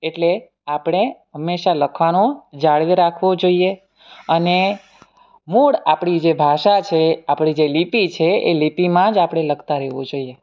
એટલે આપણે હંમેશા લખવાનું જાળવી રાખવુ જોઈએ અને મૂળ આપણી જે ભાષા છે આપણી જે લિપિ છે એ લિપિમાં જ આપણે લખતાં રહેવું જોઈએ